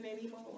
anymore